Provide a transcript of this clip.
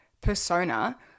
persona